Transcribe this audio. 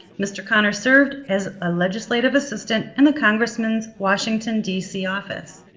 mr. connor served as a legislative assistant in the congressman's washington dc office.